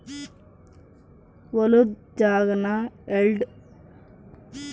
ಹೊಲುದ್ ಜಾಗಾನ ಎಲ್ಡು ಇಲ್ಲಂದ್ರ ಮೂರುರಂಗ ಭಾಗ್ಸಿ ಒಂದು ಕಡ್ಯಾಗ್ ಅಂದೇ ಮೇಯಾಕ ಪ್ರಾಣಿಗುಳ್ಗೆ ಬುಡ್ತೀವಿ